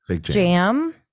Jam